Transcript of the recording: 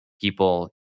people